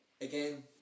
again